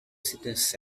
seduce